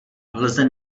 lze